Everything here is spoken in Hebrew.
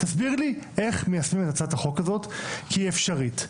תסביר לי איך מיישמים את הצעת החוק הזאת כי היא אפשרית.